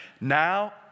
Now